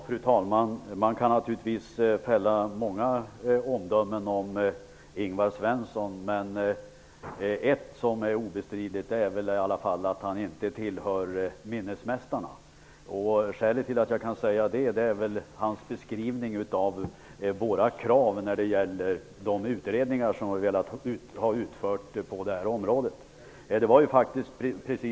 Fru talman! Man kan naturligtvis fälla många omdömen om Ingvar Svensson. Ett som är obestridligt är i alla fall att han inte tillhör minnesmästarna. Skälet till att jag kan säga det är hans beskrivning av våra krav när det gäller de utredningar som vi har velat ha utförda på det här området.